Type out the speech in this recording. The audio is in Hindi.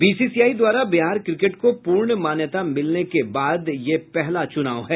बीसीसीआई द्वारा बिहार क्रिकेट को पूर्ण मान्यता मिलने के बाद यह पहला चूनाव है